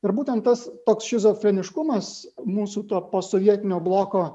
ir būtent tas toks šizofreniškumas mūsų to posovietinio bloko